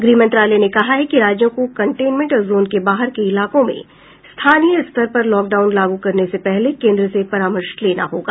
गृह मंत्रालय ने कहा है कि राज्यों को कन्टेंमेंट जोन के बाहर के इलाकों में स्थानीय स्तर पर लॉकडाउन लागू करने से पहले केन्द्र से परामर्श लेना होगा